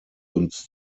uns